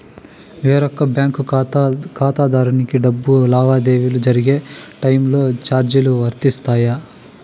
వేరొక బ్యాంకు ఖాతా ఖాతాదారునికి డబ్బు లావాదేవీలు జరిగే టైములో చార్జీలు వర్తిస్తాయా?